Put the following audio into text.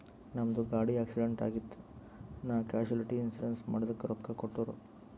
ನಮ್ದು ಗಾಡಿ ಆಕ್ಸಿಡೆಂಟ್ ಆಗಿತ್ ನಾ ಕ್ಯಾಶುಲಿಟಿ ಇನ್ಸೂರೆನ್ಸ್ ಮಾಡಿದುಕ್ ರೊಕ್ಕಾ ಕೊಟ್ಟೂರ್